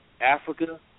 Africa